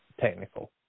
technical